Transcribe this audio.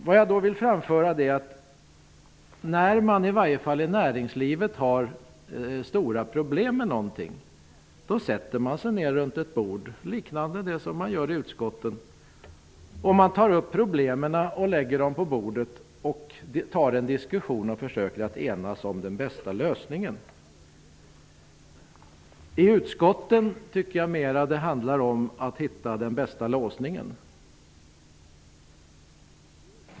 Vad jag vill framföra är att när man i näringslivet har stora problem med något, då sätter man sig ner vid ett bord -- liknande det som finns i utskottets sammanträdessal -- och tar upp problemen, lägger fram dem, för en diskussion och försöker att enas om den bästa lösningen. I utskotten tycker jag att det mera handlar om att hitta den bästa låsningen.